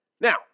Now